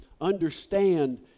understand